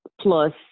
plus